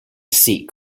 seek